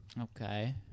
Okay